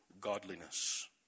godliness